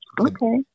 Okay